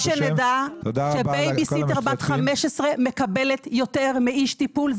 רק שנדע שבייביסיטר בת 15 מקבלת יותר מאיש טיפול.